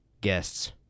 guests